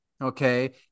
Okay